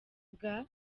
bwa